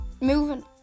moving